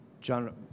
John